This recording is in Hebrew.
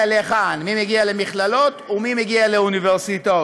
להיכן: מי מגיע למכללות ומי מגיע לאוניברסיטאות.